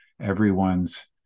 Everyone's